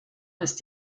ist